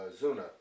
Zuna